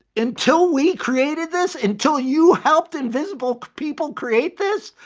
until we created this, until you help the invisible people create this,